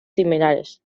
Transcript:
similares